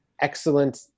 excellent